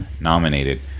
nominated